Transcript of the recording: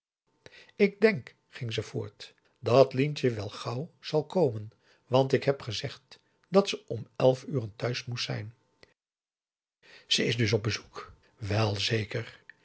ik denk ging ze voort dat lientje wel gauw zal komen want ik heb gezegd dat ze om elf uren thuis moest zijn ze is dus op bezoek welzeker